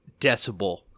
decibel